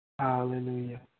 Hallelujah